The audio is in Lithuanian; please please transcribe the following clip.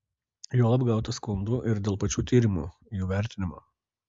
juolab gauta skundų ir dėl pačių tyrimų jų vertinimo